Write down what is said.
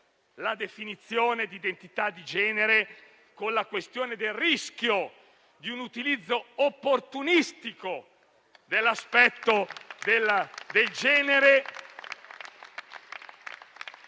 la definizione di identità di genere, ponendo la questione del rischio di un utilizzo opportunistico dell'aspetto del genere